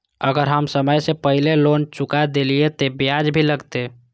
अगर हम समय से पहले लोन चुका देलीय ते ब्याज भी लगते?